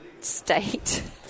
state